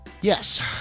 Yes